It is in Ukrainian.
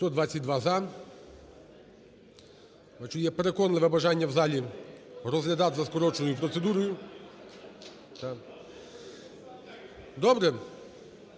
За-122 Бачу, є переконливе бажання в залі розглядати за скороченою процедурою. Добре.